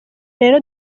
rero